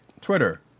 twitter